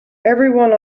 everyone